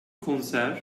konser